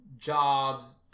Jobs